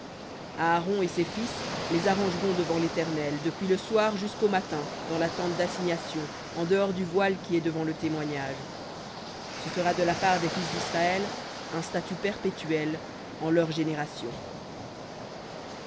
aaron et ses fils les arrangeront devant l'éternel depuis le soir jusqu'au matin dans la tente d'assignation en dehors du voile qui est devant le témoignage ce sera de la part des fils d'israël un statut perpétuel en leurs générations